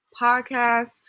Podcast